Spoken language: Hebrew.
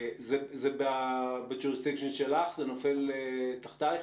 זה נופל תחתיך?